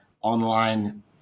online